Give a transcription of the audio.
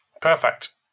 Perfect